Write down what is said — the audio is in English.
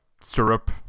syrup